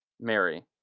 Mary